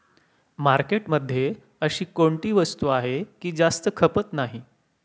मार्केटमध्ये अशी कोणती वस्तू आहे की जास्त खपत नाही?